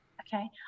Okay